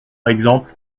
exemple